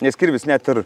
nes kirvis net ir